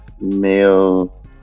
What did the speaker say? male